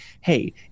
Hey